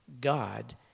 God